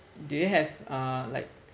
do you have uh like